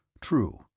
True